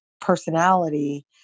personality